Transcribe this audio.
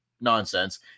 nonsense